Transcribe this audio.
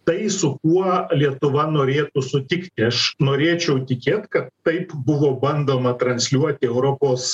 tai su kuo lietuva norėtų sutikti aš norėčiau tikėt kad taip buvo bandoma transliuoti europos